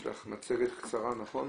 יש לך מצגת קצרה, נכון?